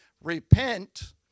repent